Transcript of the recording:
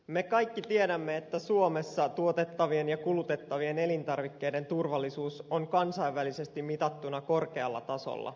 me kaikki tiedämme että suomessa tuotettavien ja kulutettavien elintarvikkeiden turvallisuus on kansainvälisesti mitattuna korkealla tasolla